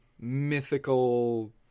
mythical